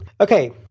Okay